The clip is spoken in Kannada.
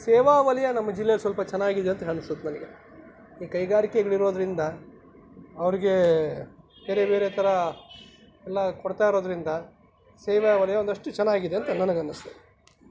ಸೇವಾ ವಲಯ ನಮ್ಮ ಜಿಲ್ಲೇಲಿ ಸ್ವಲ್ಪ ಚೆನ್ನಾಗಿದೆ ಅಂತ ಅನ್ಸುತ್ತೆ ನನಗೆ ಈ ಕೈಗಾರಿಕೆಗಳಿರೋದರಿಂದ ಅವ್ರಿಗೆ ಬೇರೆ ಬೇರೆ ಥರ ಎಲ್ಲ ಕೊಡ್ತಾ ಇರೋದರಿಂದ ಸೇವಾ ವಲಯ ಒಂದಷ್ಟು ಚೆನ್ನಾಗಿದೆ ಅಂತ ನನಗನ್ನುಸ್ತು